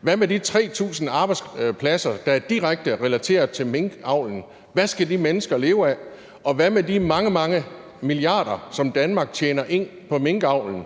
hvad så med de 3.000 arbejdspladser, der er direkte relateret til minkavlen? Hvad skal de mennesker leve af? Og hvad med de mange, mange milliarder, som Danmark tjener ind på minkavlen?